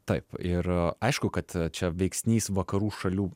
taip ir aišku kad čia veiksnys vakarų šalių